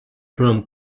from